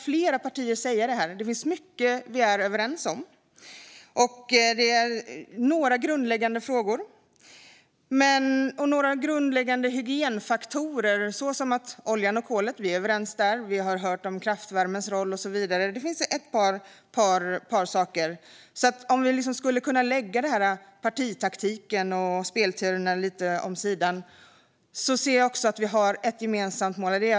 Flera partier har sagt det. Det finns mycket som vi är överens om. Det finns några grundläggande frågor och några grundläggande hygienfaktorer. Vi är överens vad gäller oljan och kolet. Vi har hört om kraftvärmens roll. Det finns ett par saker. Jag ser att vi, om vi kan lägga partitaktiken och spelteorierna åt sidan, har ett gemensamt mål.